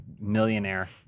millionaire